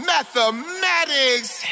Mathematics